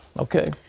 okay.